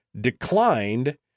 declined